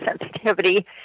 sensitivity